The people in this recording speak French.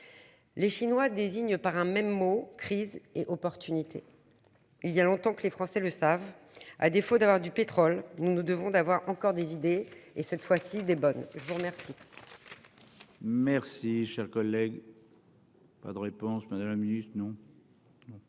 Les Chinois désigne par un même mot crise et opportunités. Il y a longtemps que les Français le savent. À défaut d'avoir du pétrole. Nous nous devons d'avoir encore des idées et cette fois-ci des bonnes je vous remercie.